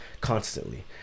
Constantly